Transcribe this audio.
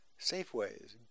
Safeways